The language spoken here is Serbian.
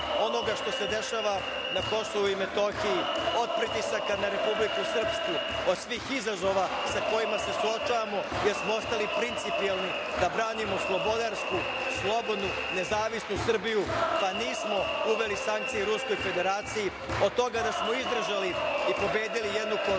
onoga što se dešava na Kosovu i Metohiji, od pritisaka na Republiku Srpsku, od svih izazova sa kojima se suočavamo, jer smo ostali principijelni da branimo slobodarsku, slobodnu, nezavisnu Srbiju, da nismo uveli sankcije Ruskoj Federaciji, od toga da smo izdržali i pobedili jednu koronu,